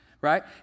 right